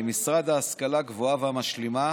למשרד ההשכלה הגבוהה והמשלימה